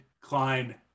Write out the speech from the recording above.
Klein